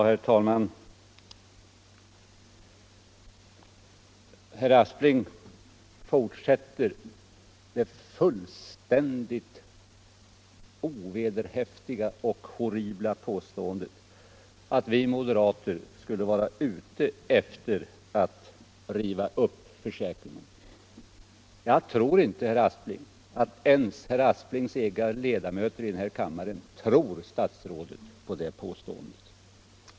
Herr talman! Herr Aspling fortsätter med det fullständigt ovederhäftiga och horribla påståendet att vi moderater skulle vara ute efter att riva upp försäkringen. Jag tror inte att ens herr statsrådets egna partivänner här i kammaren blir övertygade av det påståendet.